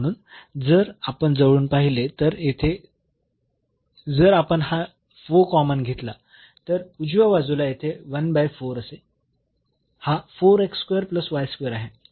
म्हणून जर आपण जवळून पाहिले तर येथे जर आपण हा 4 कॉमन घेतला तर उजव्या बाजूला तिथे 1 बाय 4 असे हा आहे